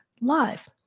live